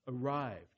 arrived